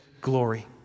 glory